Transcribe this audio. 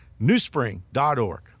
newspring.org